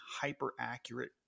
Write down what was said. hyper-accurate